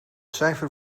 cijfer